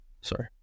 sorry